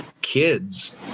kids